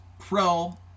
Krell